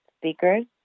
speakers